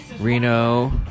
Reno